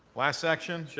last section.